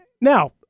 now